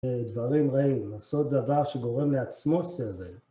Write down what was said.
דברים רעים, לעשות דבר שגורם לעצמו סבל.